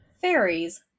fairies